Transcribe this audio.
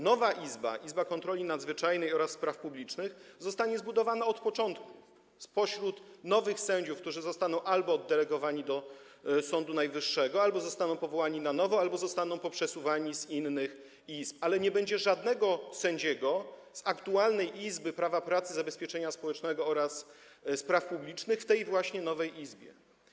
Nowa izba, Izba Kontroli Nadzwyczajnej i Spraw Publicznych, zostanie zbudowana od początku, spośród nowych sędziów, którzy albo zostaną oddelegowani do Sądu Najwyższego, albo zostaną powołani na nowo, albo zostaną poprzesuwani z innych izb, ale nie będzie żadnego sędziego z aktualnej izby prawa pracy, zabezpieczenia społecznego oraz spraw publicznych w tej właśnie nowej izbie.